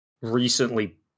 recently